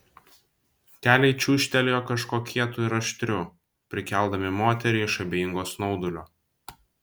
keliai čiūžtelėjo kažkuo kietu ir aštriu prikeldami moterį iš abejingo snaudulio